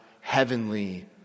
heavenly